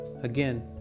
again